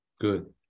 good